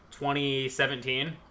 2017